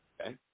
okay